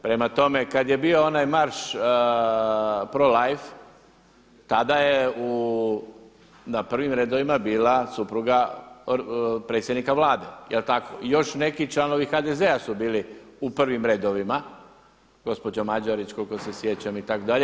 Prema tome, kada je bio onaj marš Pro-life tada je na prvim redovima bila supruga predsjednika Vlade, je li tako i još neki članovi HDZ-a su bili u prvim redovima, gospođa Mađarić, koliko se sjećam itd.